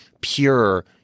pure